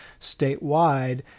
statewide